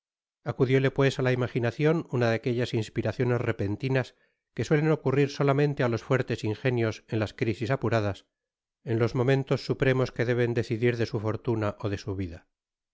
acudióle pues á la imaginacion una de aquellas inspiraciones repentinas que suelen ocurrir solamente a los fuertes ingenios en tas crisis apuradas en jos momentos supremos que deben decidir de su fortuna ó de su vida